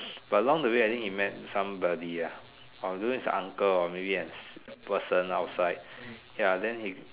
but along the way I think he met somebody ah or uncle or maybe I don't know it's a person outside then he